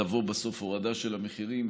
תבוא בסוף הורדה של המחירים,